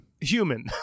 Human